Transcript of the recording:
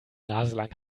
naselang